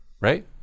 Right